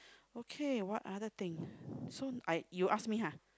okay what other thing so I you ask me ha